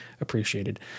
appreciated